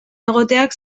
egoteak